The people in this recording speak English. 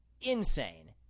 insane